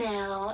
Now